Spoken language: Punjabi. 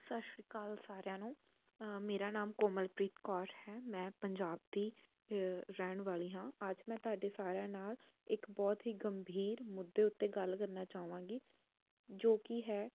ਸਤਿ ਸ਼੍ਰੀ ਅਕਾਲ ਸਾਰਿਆਂ ਨੂੰ ਮੇਰਾ ਨਾਮ ਕੋਮਲਪ੍ਰੀਤ ਕੌਰ ਹੈ ਮੈਂ ਪੰਜਾਬ ਦੀ ਰਹਿਣ ਵਾਲੀ ਹਾਂ ਅੱਜ ਮੈਂ ਤੁਹਾਡੇ ਸਾਰਿਆਂ ਨੂੰ ਇੱਕ ਬਹੁਤ ਹੀ ਗੰਭੀਰ ਮੁੱਦੇ ਉੱਤੇ ਗੱਲ ਕਰਨਾ ਚਾਹਵਾਂਗੀ ਜੋ ਕਿ ਹੈ